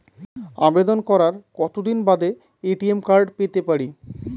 আবেদন করার কতদিন বাদে এ.টি.এম কার্ড পেতে পারি?